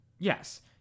yes